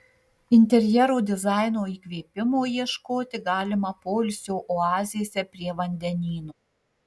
interjero dizaino įkvėpimo ieškoti galima poilsio oazėse prie vandenyno